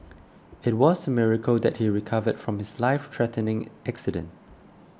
it was miracle that he recovered from his lifethreatening accident